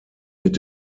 mit